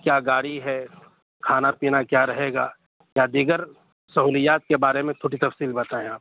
کیا گاڑی ہے کھانا پینا کیا رہے گا یا دیگر سہولیات کے بارے میں پوری تفصیل بتائیں آپ